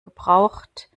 gebraucht